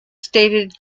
stated